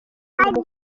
umukunzi